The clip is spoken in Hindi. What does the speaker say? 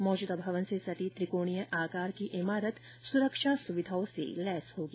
मौजूदा संसद भवन से सटी त्रिर्कोणीय आकार की इमारत सुरक्षा सुविधाओं से युक्त होगी